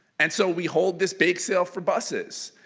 and so we hold this bake sale for buses.